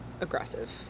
aggressive